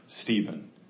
Stephen